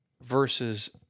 versus